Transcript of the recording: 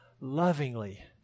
lovingly